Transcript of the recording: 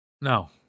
No